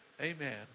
Amen